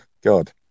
God